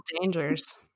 dangers